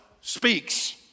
speaks